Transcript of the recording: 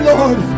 Lord